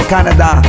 Canada